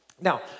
Now